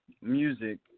music